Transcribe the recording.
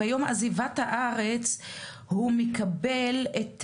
ביום עזיבת הארז הוא מקבל את